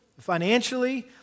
financially